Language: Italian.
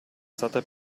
stata